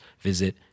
visit